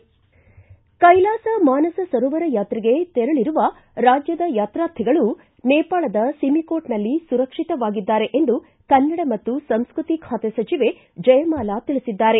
Kailasa Mansarovar ಯಾತ್ರೆಗೆ ತೆರಳರುವ ರಾಜ್ಲದ ಯಾತ್ರಾರ್ಥಿಗಳು ನೇಪಾಳದ ಸಿಮಿಕೋಟ್ನಲ್ಲಿ ಸುರಕ್ಷಿತವಾಗಿದ್ದಾರೆ ಎಂದು ಕನ್ನಡ ಮತ್ತು ಸಂಸ್ಟತಿ ಖಾತೆ ಸಚಿವೆ ಜಯಮಾಲಾ ತಿಳಿಸಿದ್ದಾರೆ